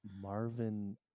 marvin